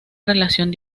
relación